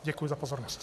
Děkuji za pozornost.